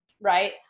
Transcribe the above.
right